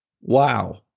Wow